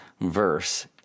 verse